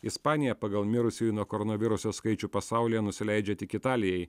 ispanija pagal mirusiųjų nuo koronaviruso skaičių pasaulyje nusileidžia tik italijai